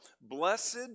blessed